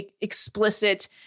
explicit